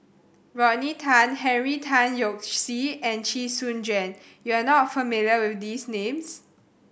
Rodney Tan Henry Tan Yoke See and Chee Soon Juan you are not familiar with these names